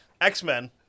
X-Men